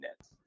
nets